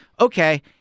okay